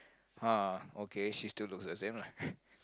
!huh! ok she still look the same lah